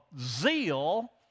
zeal